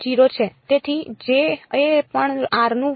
તેથી J એ પણ r નું ફંકશન છે